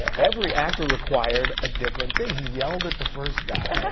every actor required a different thing. he yelled at the first guy.